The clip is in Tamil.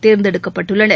தேர்ந்தெடுக்கப்பட்டுள்ளனர்